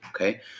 okay